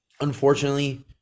unfortunately